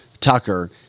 Tucker